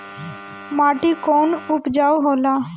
माटी कौन उपजाऊ होला?